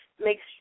makes